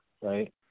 right